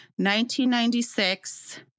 1996